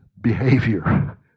behavior